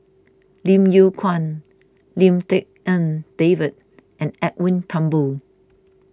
Lim Yew Kuan Lim Tik En David and Edwin Thumboo